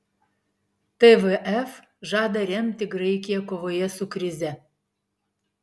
tvf žada remti graikiją kovoje su krize